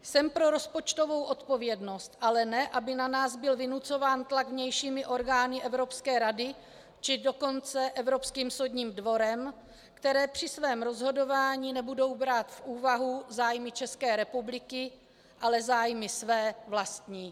Jsem pro rozpočtovou odpovědnost, ale ne aby na nás byl vynucován tlak vnějšími orgány Evropské rady, či dokonce Evropským soudním dvorem, které při svém rozhodování nebudou brát v úvahu zájmy České republiky, ale zájmy své, vlastní.